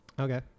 Okay